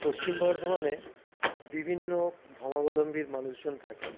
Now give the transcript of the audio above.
পশ্চিম বর্ধমানে বিভিন্ন ধর্মাবলম্বীর মানুষজন থাকেন